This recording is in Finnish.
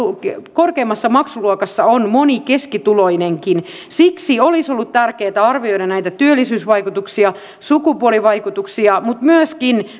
korkeimmassa maksuluokassa on moni keskituloinenkin siksi olisi ollut tärkeätä arvioida näitä työllisyysvaikutuksia sukupuolivaikutuksia mutta myöskin